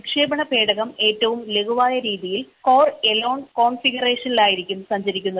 വിക്ഷേപണ പേടകം ഏറ്റവും ലഘുവായ രീതിയിൽ കോർ എലോൺ കോൺഫിഗറേഷനിലായിരിക്കും സഞ്ചരിക്കുന്നത്